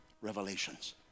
revelations